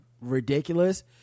ridiculous